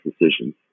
decisions